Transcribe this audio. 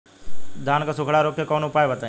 धान के सुखड़ा रोग के कौनोउपाय बताई?